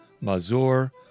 Mazur